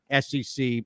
SEC